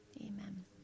amen